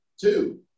two